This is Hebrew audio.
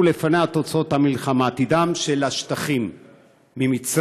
לפניה תוצאות המלחמה: עתידם של השטחים ממצרים,